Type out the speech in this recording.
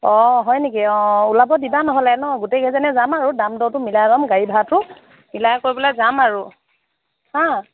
অ হয় নেকি অ ওলাব দিবা নহ'লে ন' গোটেইকেইজনীয়ে যাম আৰু দাম দৰটো মিলাই ল'ম গাড়ী ভাড়াটো মিলাই কৰি পেলাই যাম আৰু হা